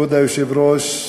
כבוד היושב-ראש,